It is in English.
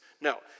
No